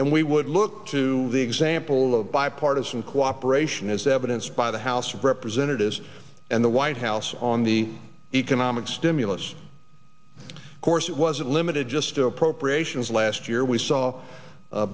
and we would look to the example of bipartisan cooperation as evidenced by the house of representatives and the white house on the economic stimulus course it wasn't limited just to appropriations last year we saw